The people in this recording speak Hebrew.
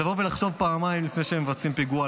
לבוא ולחשוב פעמיים לפני שהם מבצעים פיגוע,